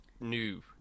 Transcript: new